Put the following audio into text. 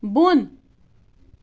بوٚن